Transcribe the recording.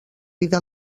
vida